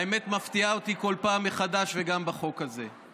האמת, מפתיעה אותי כל פעם מחדש, וגם בחוק הזה.